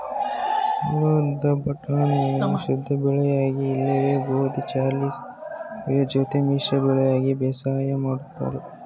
ಹೊಲದ ಬಟಾಣಿಯನ್ನು ಶುದ್ಧಬೆಳೆಯಾಗಿ ಇಲ್ಲವೆ ಗೋಧಿ ಬಾರ್ಲಿ ಸಾಸುವೆ ಜೊತೆ ಮಿಶ್ರ ಬೆಳೆಯಾಗಿ ಬೇಸಾಯ ಮಾಡ್ತರೆ